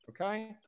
Okay